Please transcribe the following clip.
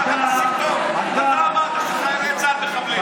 אתה אמרת שחיילי צה"ל מחבלים.